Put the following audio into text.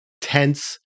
tense